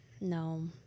No